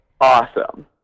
awesome